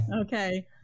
Okay